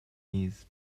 needs